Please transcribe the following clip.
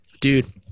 dude